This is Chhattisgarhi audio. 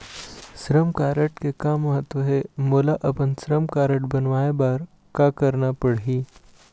श्रम कारड के का महत्व हे, मोला अपन श्रम कारड बनवाए बार का करना पढ़ही?